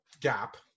Gap